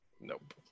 Nope